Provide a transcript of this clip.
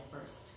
first